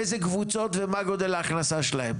איזה קבוצות ומה גודל ההכנסה שלהם?